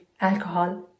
alcohol